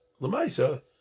Lema'isa